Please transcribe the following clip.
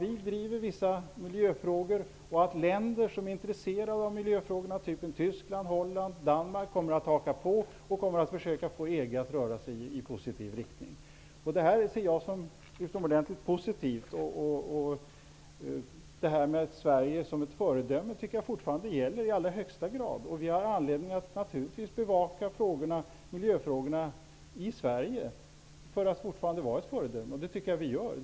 Sverige driver vissa miljöfrågor, och länder som är intresserade, t.ex. Tyskland, Holland och Danmark, kommer att haka på och försöka få EG att röra sig i positiv riktning. Det ser jag som utomordentligt positivt. Jag tycker fortfarande att Sverige i allra högsta grad gäller som ett föredöme. Vi har naturligtvis anledning att bevaka miljöfrågorna i Sverige så att vi kan fortsätta att vara ett föredöme, och det tycker jag att vi gör.